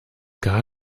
gar